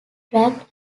dragged